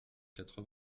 quatre